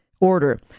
order